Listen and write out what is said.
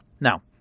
now